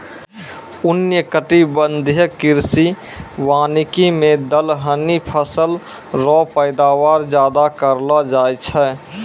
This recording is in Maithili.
उष्णकटिबंधीय कृषि वानिकी मे दलहनी फसल रो पैदावार ज्यादा करलो जाय छै